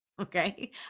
okay